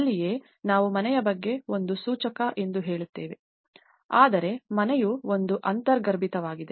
ಅಲ್ಲಿಯೇ ನಾವು ಮನೆಯ ಬಗ್ಗೆ ಒಂದು ಸೂಚಕ ಎಂದು ಹೇಳುತ್ತೇವೆ ಆದರೆ ಮನೆಯು ಒಂದು ಅರ್ಥಗರ್ಭಿತವಾಗಿದೆ